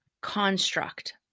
construct